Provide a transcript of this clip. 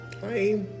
Hi